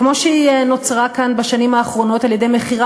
כמו שהיא נוצרה כאן בשנים האחרונות על-ידי מכירה